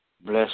Bless